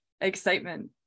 excitement